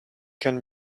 can